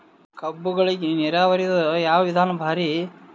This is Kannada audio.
ಕಬ್ಬುಗಳಿಗಿ ನೀರಾವರಿದ ಯಾವ ವಿಧಾನ ಭಾರಿ?